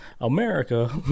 America